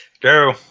go